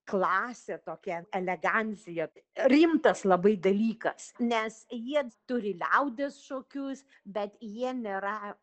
klasė tokia elegancija rimtas labai dalykas nes jie turi liaudies šokius bet jie nėra